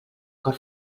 cor